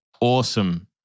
awesome